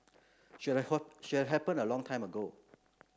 should should have happened a long time ago